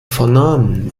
vernahmen